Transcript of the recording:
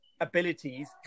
abilities